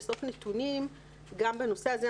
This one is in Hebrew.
איילת לאסוף נתונים גם בנושא הזה.